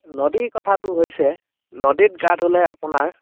নদীৰ কথাটো হৈছে নদীত গা ধুলে আপোনাৰ